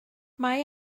mae